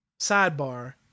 sidebar